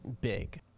big